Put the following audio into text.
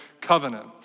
covenant